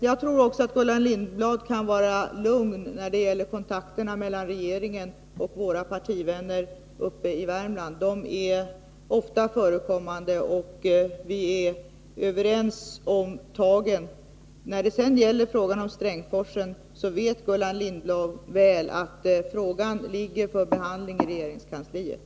Jag tror också att Gullan Lindblad kan vara lugn när det gäller kontakterna mellan regeringen och våra partivänner uppe i Värmland. De är ofta förekommande, och man är överens om tagen. Beträffande Strängsforsen vet Gullan Lindblad mycket väl att den frågan ligger för behandling i regeringskansliet.